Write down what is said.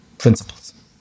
principles